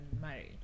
marriage